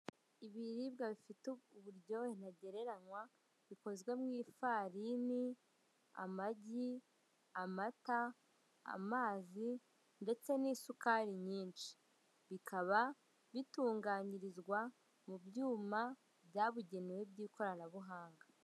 Ibiribwa bifite uburyohe ntagereranywa bikozwe mw'ifarini, amagi, amata, amazi ndetse n'isukari nyinshi. Bikaba bitunganyirizwa mu byuma byabugenewe by'ikoranabuhanga.